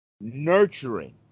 Nurturing